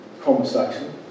conversation